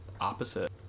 opposite